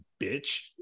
bitch